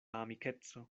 amikeco